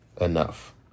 enough